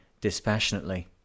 dispassionately